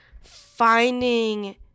finding